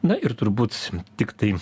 na ir turbūt tiktai